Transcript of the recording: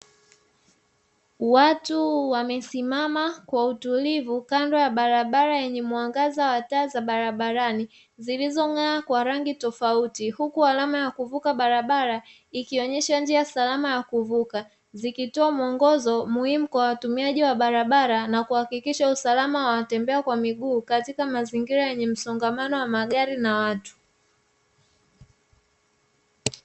Watu wamesimama kwa utulivu kando ya barabara yenye mwangaza wa taa za barabarani zilizong'aa kwa rangi tofauti huku alama ya kuvuka barabara ikionyesha njia salama ya kuvuka; zikitoa muongozo muhimu kwa watumiaji wa barabara na kuhakikisha usalama wa watembea kwa miguu katika mazingira yenye msongamano wa magari na watu.